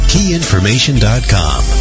KeyInformation.com